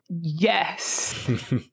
yes